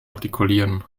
artikulieren